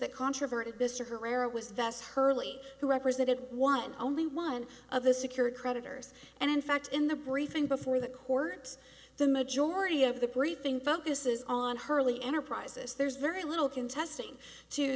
that controverted mr herrera was that's hurley who represented one only one of the secured creditors and in fact in the briefing before the court the majority of the briefing focuses on hurley enterprises there's very little contesting to